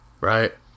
Right